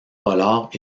pollard